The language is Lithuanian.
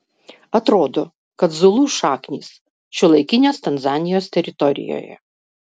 atrodo kad zulų šaknys šiuolaikinės tanzanijos teritorijoje